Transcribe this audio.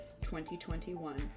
2021